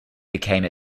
became